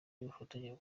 y’ubufatanye